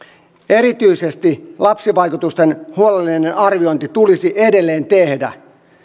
erityisesti lapsivaikutusten huolellinen arviointi tulisi edelleen tehdä